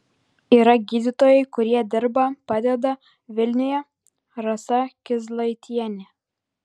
yra gydytojai kurie dirba padeda vilniuje rasa kizlaitienė